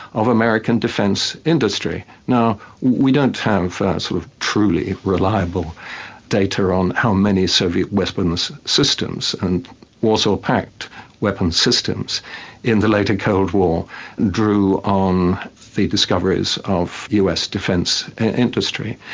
of american defence industry. now we don't have sort of truly reliable data on how many soviet weapons systems, and warsaw pact weapon systems in the later cold war drew on the discoveries of us defence industry,